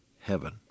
heaven